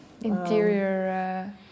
interior